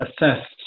assessed